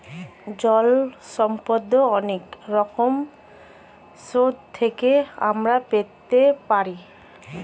জল সম্পদ অনেক রকম সোর্স থেকে আমরা পেতে পারি